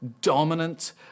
dominant